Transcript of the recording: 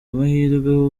amahirwe